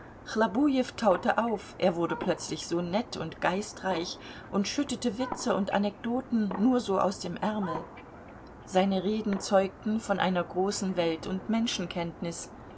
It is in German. chlobujew taute auf er wurde plötzlich so nett und geistreich und schüttete witze und anekdoten nur so aus dem ärmel seine reden zeugten von einer großen welt und menschenkenntnis